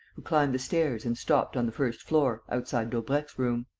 who climbed the stairs and stopped on the first floor, outside daubrecq's bedroom.